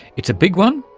it's a big one,